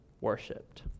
worshipped